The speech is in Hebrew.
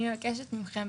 אני מבקשת מכם,